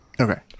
Okay